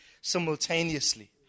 simultaneously